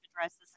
addresses